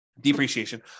depreciation